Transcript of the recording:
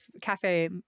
Cafe